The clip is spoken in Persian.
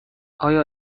آیا